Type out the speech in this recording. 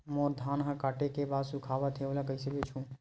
मोर धान ह काटे के बाद सुखावत हे ओला कइसे बेचहु?